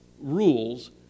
rules